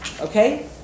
Okay